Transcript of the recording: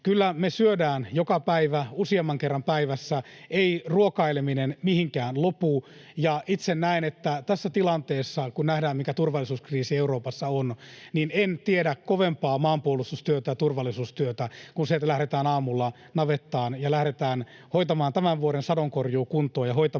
kyllä me syödään joka päivä useamman kerran päivässä. Ei ruokaileminen mihinkään lopu, ja itse näen, että tässä tilanteessa, kun nähdään, mikä turvallisuuskriisi Euroopassa on, en tiedä kovempaa maanpuolustustyötä ja turvallisuustyötä kuin se, että lähdetään aamulla navettaan ja lähdetään hoitamaan tämän vuoden sadonkorjuu kuntoon ja hoitamaan